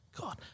God